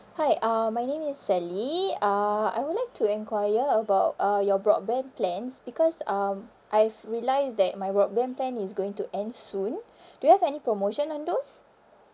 hi uh my name is sally uh I would like to enquire about uh your broadband plans because um I've realised that my broadband plan is going to end soon do you have any promotion on those